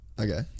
Okay